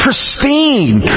Pristine